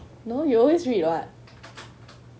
no you always read what